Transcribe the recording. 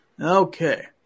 Okay